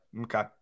Okay